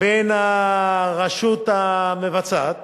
בין הרשות המבצעת